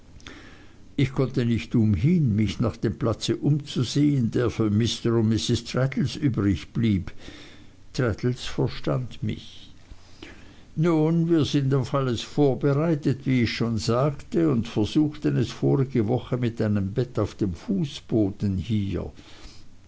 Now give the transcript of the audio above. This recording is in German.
ich konnte nicht umhin mich nach dem platze umzusehen der für mr und mrs traddles übrig blieb traddles verstand mich nun wir sind auf alles vorbereitet wie ich schon sagte und versuchten es vorige woche mit einem bett auf dem fußboden hier